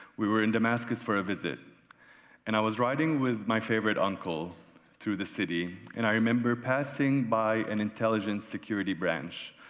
we were in demaskis for a visit and i was riding with my favorite uncle through the city and i remember passing by an intelligent security branch,